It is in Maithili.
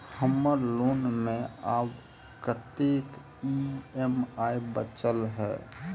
हम्मर लोन मे आब कैत ई.एम.आई बचल ह?